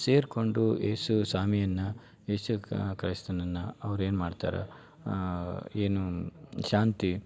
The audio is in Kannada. ಸೇರ್ಕೊಂಡು ಏಸು ಸ್ವಾಮಿಯನ್ನ ಏಸು ಕ್ರೈಸ್ತನನ್ನ ಅವ್ರೇನು ಮಾಡ್ತಾರೆ ಏನು ಶಾಂತಿ